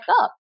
up